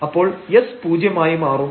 അപ്പോൾ s പൂജ്യമായി മാറും